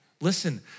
listen